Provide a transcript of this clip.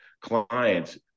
clients